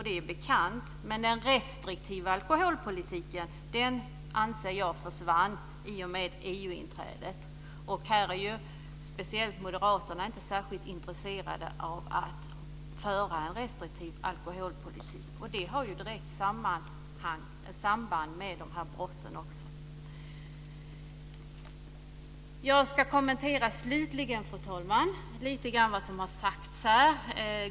Det är bekant, men den restriktiva alkoholpolitiken anser jag försvann i och med EU-inträdet. Speciellt moderaterna är ointresserade av att föra en restriktiv alkoholpolitik. Det har direkt samband med dessa brott. Jag ska slutligen, fru talman, kommentera vad som har sagts här.